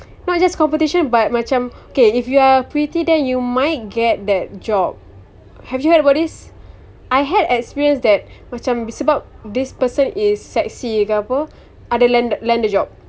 not just competition but macam okay if you are pretty then you might get that job have you heard about this I had experienced that macam sebab this person is sexy ke apa ada landed job